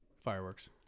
Fireworks